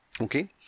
okay